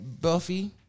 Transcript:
Buffy